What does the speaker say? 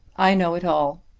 i know it all.